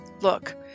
Look